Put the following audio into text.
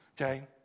Okay